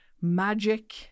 magic